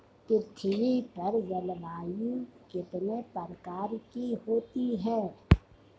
पृथ्वी पर जलवायु कितने प्रकार की होती है?